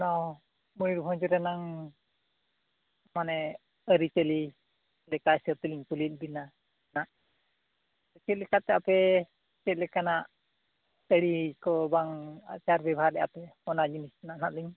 ᱢᱚᱭᱩᱨᱵᱷᱚᱸᱡᱽ ᱨᱮᱱᱟᱝ ᱢᱟᱱᱮ ᱟᱹᱨᱤ ᱪᱟᱹᱞᱤ ᱞᱮᱠᱟ ᱦᱤᱥᱟᱹᱵ ᱛᱮᱞᱤᱧ ᱠᱩᱞᱤᱭᱮᱜ ᱵᱮᱱᱟ ᱪᱮᱫ ᱞᱮᱠᱟᱛᱮ ᱟᱯᱮ ᱪᱮᱫ ᱞᱮᱠᱟᱱᱟᱜ ᱟᱹᱨᱤ ᱠᱚ ᱵᱟᱝ ᱟᱪᱟᱨ ᱵᱮᱵᱷᱟᱨᱮᱜᱼᱟ ᱯᱮ ᱚᱱᱟ ᱡᱤᱱᱤᱥ ᱦᱟᱜ ᱞᱤᱧ